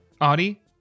Audie